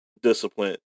discipline